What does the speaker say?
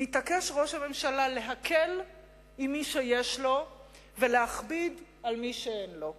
מתעקש ראש הממשלה להקל עם מי שיש לו ולהכביד על מי שאין לו.